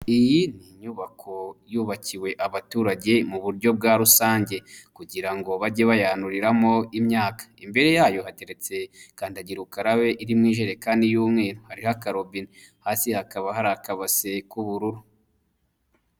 Iyi ni nyubako yubakiwe abaturage mu buryo bwa rusange, kugira ngo bajye bayanuriramo imyaka. Imbere yayo hateretse kandagira ukarabe iririmo ijerekani y'umweru hariho akarobine, hasi hakaba hari akabase k'ubururu.